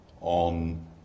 on